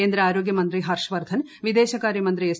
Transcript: കേന്ദ്ര ആരോഗ്യമന്ത്രി ഹർഷ്വർധൻ വിദേശകാര്യമന്ത്രി എസ്